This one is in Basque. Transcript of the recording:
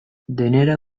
denera